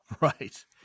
Right